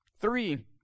Three